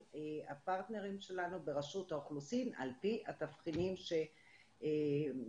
הפרטנרים שלנו ברשות האוכלוסין על פי התבחינים שנקבעו.